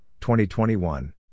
2021